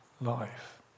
life